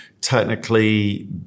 technically